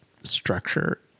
structure